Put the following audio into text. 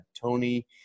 Tony